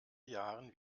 jahren